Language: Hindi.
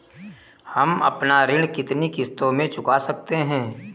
हम अपना ऋण कितनी किश्तों में चुका सकते हैं?